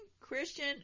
Christian